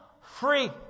free